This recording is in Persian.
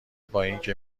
بااینکه